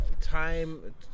time